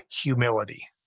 humility